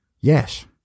yes